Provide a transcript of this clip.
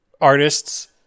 artists